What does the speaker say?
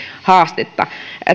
haastetta